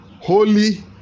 holy